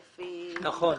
נכון.